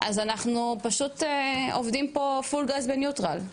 אז אנחנו פשוט עובדים פה פול גז בניוטרל.